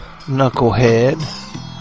knucklehead